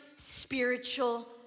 spiritual